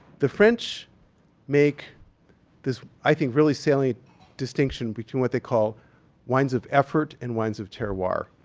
the french make this, i think, really salient distinction between what they call wines of effort and wines of terroir.